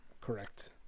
Correct